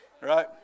right